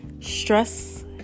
stress